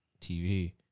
TV